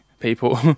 people